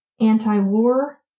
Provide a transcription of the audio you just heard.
Anti-war